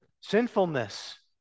sinfulness